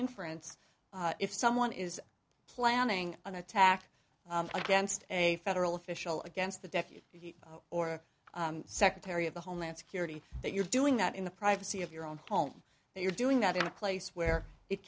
inference if someone is planning an attack against a federal official against the deputy or secretary of the homeland security that you're doing that in the privacy of your own home and you're doing that in a place where it